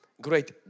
Great